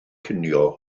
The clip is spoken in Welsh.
cinio